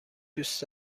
دوست